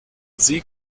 sieg